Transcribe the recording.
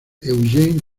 eugen